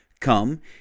Come